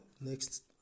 next